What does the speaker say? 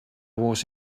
was